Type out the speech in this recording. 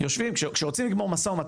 כשרוצים לגמור מו"מ,